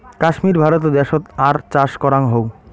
কাশ্মীর ভারতে দ্যাশোত আর চাষ করাং হউ